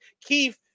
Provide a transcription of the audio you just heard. keith